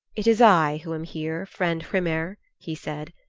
it is i who am here, friend hrymer, he said,